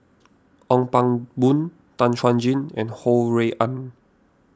Ong Pang Boon Tan Chuan Jin and Ho Rui An